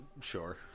Sure